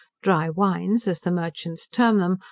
dry wines, as the merchants term them,